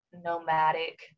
nomadic